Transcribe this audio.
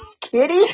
kitty